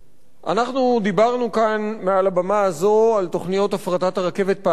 אנחנו דיברנו כאן מעל הבמה הזו על תוכניות הפרטת הרכבת פעמים רבות.